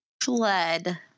fled